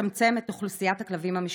לצמצם את אוכלוסיית הכלבים המשוטטים.